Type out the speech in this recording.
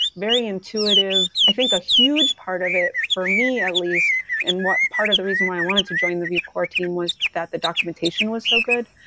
very intuitive. i think a huge part of it for me at least and part part of the reason why i wanted to join the vue core team was that the documentation was so good.